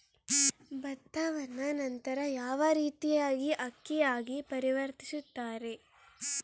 ಭತ್ತವನ್ನ ನಂತರ ಯಾವ ರೇತಿಯಾಗಿ ಅಕ್ಕಿಯಾಗಿ ಪರಿವರ್ತಿಸುತ್ತಾರೆ?